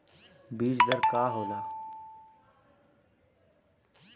बीज दर का होला?